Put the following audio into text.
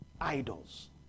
idols